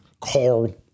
Carl